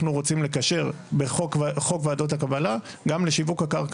אנחנו רוצים לקשר בחוק ועדות הקבלה גם לשיווק הקרקע,